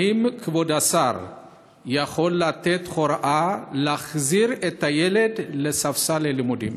האם כבוד השר יכול לתת הוראה להחזיר את הילד לספסל הלימודים?